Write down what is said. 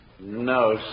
No